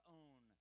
own